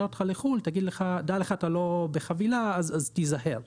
אותך לחוץ לארץ תגיד לך שאתה לא בחבילה ולכן תיזהר.